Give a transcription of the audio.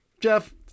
Jeff